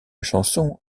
chanson